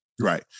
right